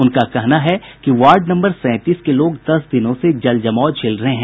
उनका कहना है कि वार्ड नम्बर सैंतीस के लोग दस दिनों से जल जमाव झेल रहे हैं